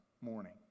morning